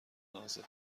نازه